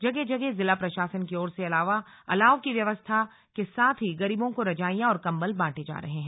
जगह जगह जिला प्रशासन की ओर से अलाव की व्यवस्था के साथ ही गरीबों को रजाइयां और कंबल बांटे जा रहे हैं